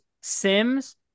Sims